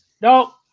No